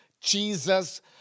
Jesus